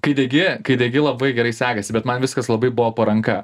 kai degi kai degi labai gerai sekasi bet man viskas labai buvo po ranka